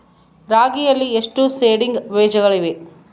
ರಾಗಿಯಲ್ಲಿ ಎಷ್ಟು ಸೇಡಿಂಗ್ ಬೇಜಗಳಿವೆ?